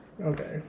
Okay